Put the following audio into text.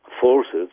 forces